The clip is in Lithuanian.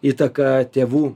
įtaka tėvų